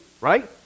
right